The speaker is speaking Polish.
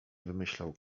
wymyślał